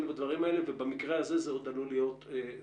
בדברים האלה ובמקרה הזה זה עוד עלול להיות מאוחר.